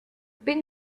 pin